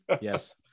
yes